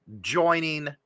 joining